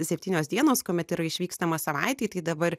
septynios dienos kuomet yra išvykstama savaitei tai dabar